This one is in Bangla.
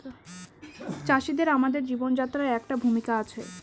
চাষিদের আমাদের জীবনযাত্রায় একটা ভূমিকা আছে